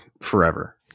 forever